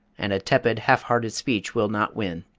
and a tepid, half-hearted speech will not win.